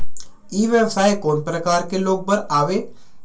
ई व्यवसाय कोन प्रकार के लोग बर आवे?